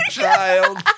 child